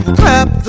clap